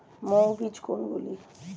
মৌল বীজ কোনগুলি?